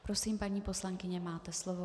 Prosím, paní poslankyně, máte slovo.